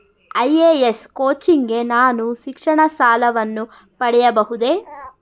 IAS coaching ಗೆ ನಾನು ಶಿಕ್ಷಣ ಸಾಲವನ್ನು ಪಡೆಯಬಹುದೇ?